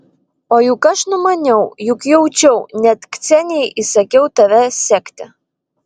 o juk aš numaniau juk jaučiau net ksenijai įsakiau tave sekti